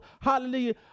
hallelujah